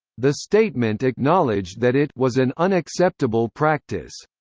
the statement acknowledged that it was an unacceptable practice.